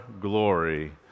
glory